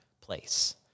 place